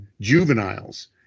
juveniles